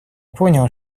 понял